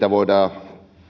voidaan